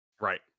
Right